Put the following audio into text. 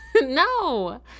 no